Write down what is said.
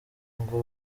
ngo